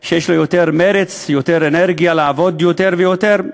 יש לו יותר מרץ, יותר אנרגיה לעבוד יותר ויותר?